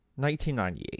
1998